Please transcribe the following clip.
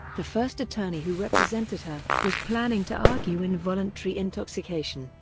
the first attorney who represented her, was planning to argue involuntary intoxication,